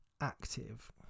active